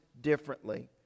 differently